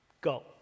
Go